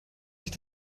sich